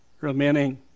remaining